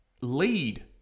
lead